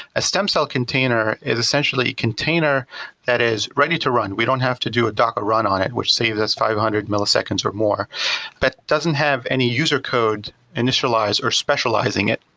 a stem cell container is essentially a container that is ready to run. we don't have to do a docker run on it, which saves us five hundred milliseconds or more but doesn't have any user code initialize or specializing it.